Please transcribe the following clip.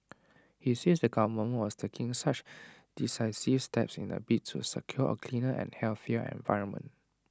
he says the government was taking such decisive steps in A bid to secure A cleaner and healthier environment